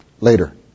Later